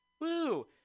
Woo